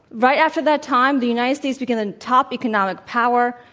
right after that time the united states became the top economic power.